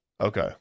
Okay